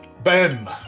Ben